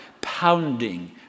pounding